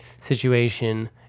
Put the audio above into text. situation